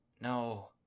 No